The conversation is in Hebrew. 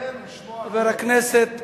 חבר הכנסת מטלון,